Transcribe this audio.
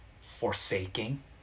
forsaking